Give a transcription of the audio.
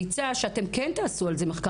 שאתם כן תעשו על זה מחקר.